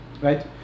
right